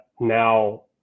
now